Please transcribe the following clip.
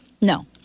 No